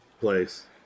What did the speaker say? place